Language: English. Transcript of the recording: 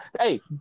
hey